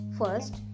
First